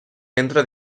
entra